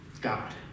God